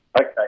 Okay